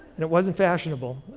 and it wasn't fashionable.